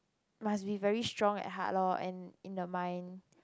must be very strong at heart loh and in the mind